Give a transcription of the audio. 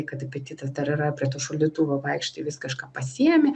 kad apetitas dar yra prie to šaldytuvo vaikštai vis kažką pasiimi